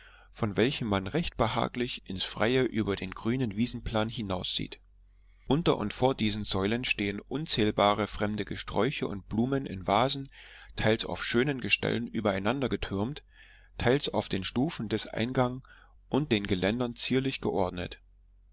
von welchem man recht behaglich ins freie über den grünen wiesenplan hinaussieht unter und vor diesen säulen stehen unzählbare fremde gesträuche und blumen in vasen teils auf schönen gestellen übereinander getürmt teils auf den stufen des eingang und den geländern zierlich geordnet